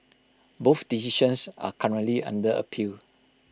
both decisions are currently under appeal